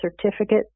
Certificate